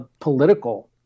political